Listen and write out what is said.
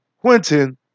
Quentin